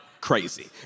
crazy